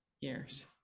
years